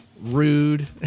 Rude